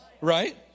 Right